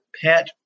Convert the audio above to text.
pet